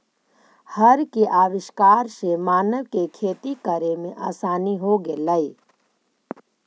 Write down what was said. हर के आविष्कार से मानव के खेती करे में आसानी हो गेलई